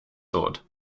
sword